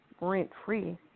rent-free